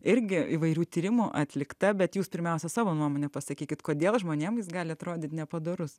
irgi įvairių tyrimų atlikta bet jūs pirmiausia savo nuomonę pasakykit kodėl žmonėms jis gali atrodyti nepadorus